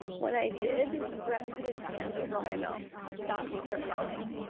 when i did, brett put his hand over my mouth to stop me from yelling.